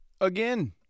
Again